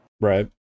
Right